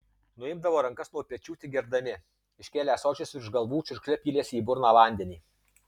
nuimdavo rankas nuo pečių tik gerdami iškėlę ąsočius virš galvų čiurkšle pylėsi į burną vandenį